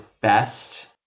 best